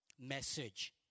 message